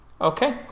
okay